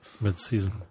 Mid-season